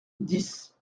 dix